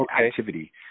activity